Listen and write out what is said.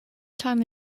time